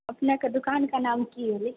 अपनेके दोकानके नाम की होलै